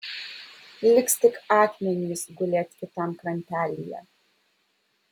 liks tik akmenys gulėt kitam krantelyje